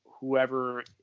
whoever